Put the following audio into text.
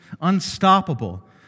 Unstoppable